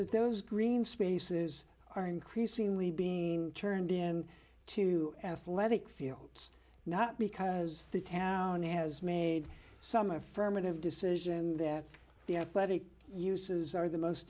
that those green spaces are increasingly being turned in to athletic fields not because the town has made some affirmative decision that the athletic uses are the most